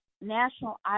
National